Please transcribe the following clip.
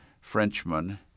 Frenchman